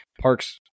Park's